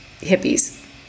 hippies